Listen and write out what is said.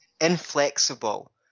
inflexible